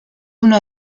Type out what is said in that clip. una